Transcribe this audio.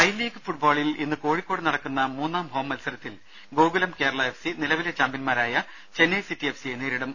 I league ഫുട്ബോളിൽ ഇന്ന് കോഴിക്കോട്ട് നടക്കുന്ന മൂന്നാം ഹോം മത്സരത്തിൽ ഗോകുലം കേരള എഫ് സി നിലവിലെ ചാംപ്യൻമാരായ ചെന്നൈ സിറ്റി എഫ് സിയെ നേരിടും